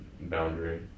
boundary